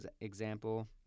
example